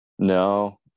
No